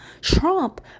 Trump